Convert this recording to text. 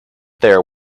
there